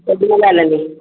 केॾीमहिल हलंदिएं